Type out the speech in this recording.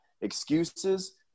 excuses